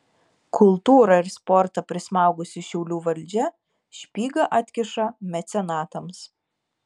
kultūrą ir sportą prismaugusi šiaulių valdžia špygą atkiša mecenatams